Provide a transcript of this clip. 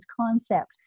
concept